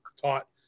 taught